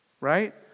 right